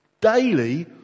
daily